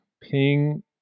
Ping